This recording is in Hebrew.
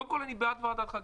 קודם כל, אני בעד ועדת חקירה.